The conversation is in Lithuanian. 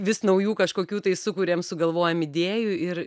vis naujų kažkokių tai sukuriam sugalvojam idėjų ir